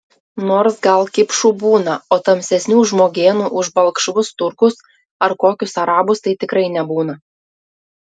nors gal kipšų būna o tamsesnių žmogėnų už balkšvus turkus ar kokius arabus tai tikrai nebūna